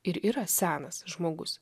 ir yra senas žmogus